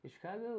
Chicago